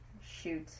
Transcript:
shoot